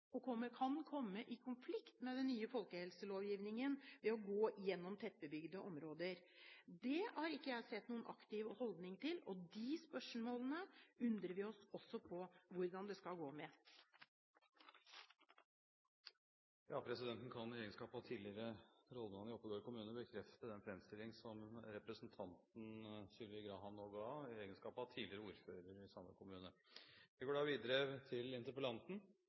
kan komme i konflikt med den nye folkehelselovgivningen ved å gå gjennom tettbebygde områder. Det har jeg ikke sett noen aktiv holdning til, og de spørsmålene undrer vi også på hvordan det skal gå med. Presidenten kan i egenskap av tidligere rådmann i Oppegård kommune bekrefte den fremstilling som representanten Sylvi Graham nå ga, i egenskap av tidligere ordfører i samme kommune. Jeg ser at flere av innleggene her går